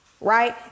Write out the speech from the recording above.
Right